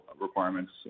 requirements